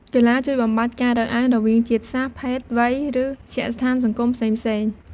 កីឡាជួយបំបាត់ការរើសអើងរវាងជាតិសាសន៍ ភេទ វ័យ ឬមជ្ឈដ្ឋានសង្គមផ្សេងៗ។